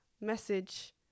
message